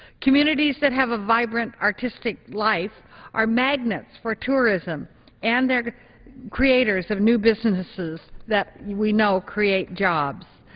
communities that have a vibrant artistic life are magnets for tourism and creators of new businesses that we know create jobs.